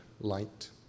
light